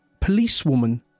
policewoman